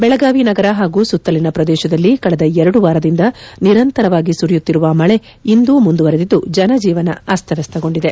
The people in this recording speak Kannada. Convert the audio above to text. ಬೆಳಗಾವಿ ನಗರ ಹಾಗೂ ಸುತ್ತಲಿನ ಪ್ರದೇಶದಲ್ಲಿ ಕಳೆದ ಎರಡುವಾರದಿಂದ ನಿರಂತರವಾಗಿ ಸುರಿಯುತ್ತಿರುವ ಮಳಿ ಇಂದೂ ಮುಂದುವರೆದಿದ್ದು ಜನಜೀವನ ಅಸ್ತವ್ಯಸ್ತಗೊಂಡಿದೆ